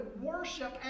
worship